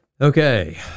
Okay